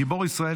גיבור ישראל,